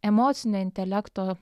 emocinio intelekto